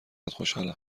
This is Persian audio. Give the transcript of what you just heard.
خوشحالم